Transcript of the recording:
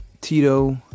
Tito